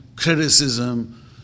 Criticism